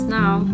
now